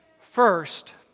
First